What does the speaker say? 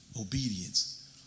obedience